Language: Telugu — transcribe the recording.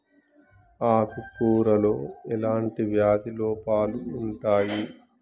ఆకు కూరలో ఎలాంటి వ్యాధి లోపాలు ఉంటాయి?